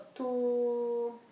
two